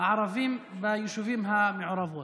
הערבים ביישובים המעורבים.